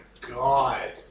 god